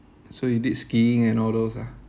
so you did skiing and all those ah